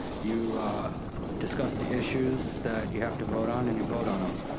you discuss the issues that you have to vote on and you vote on em.